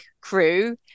crew